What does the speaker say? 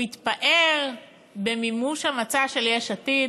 הוא התפאר במימוש המצע של יש עתיד,